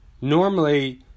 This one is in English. normally